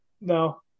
No